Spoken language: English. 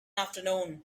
afternoon